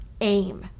aim